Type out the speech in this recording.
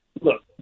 look